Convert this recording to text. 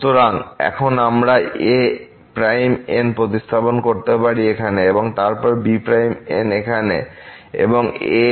সুতরাং এখন আমরা a'n প্রতিস্থাপন করতে পারি এখানে এবং তারপর b'n এখানে এবং a 0 যাই হোক 0